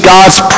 God's